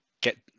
get